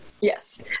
Yes